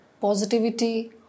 Positivity